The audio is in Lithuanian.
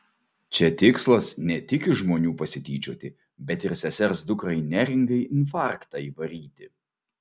čia tikslas ne tik iš žmonių pasityčioti bet ir sesers dukrai neringai infarktą įvaryti